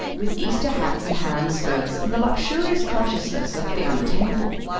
with easter hats and harem skirts and the luxurious consciousness of the unattainable.